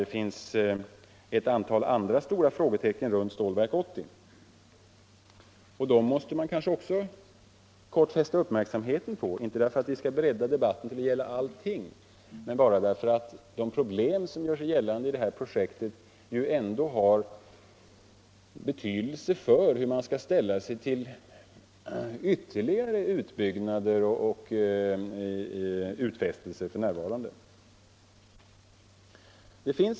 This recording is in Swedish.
Det finns också ett antal andra stora frågetecken runt Stålverk 80, och dem måste jag väl också helt kort fästa uppmärksamheten på, inte därför att vi skall bredda debatten till att omfatta allting, utan därför att de problem som gör sig gällande i detta projekt ju har betydelse för hur man skall ställa sig till ytterligare utbyggnader och utfästelser.